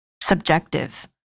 subjective